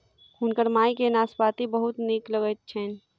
हुनकर माई के नाशपाती बहुत नीक लगैत छैन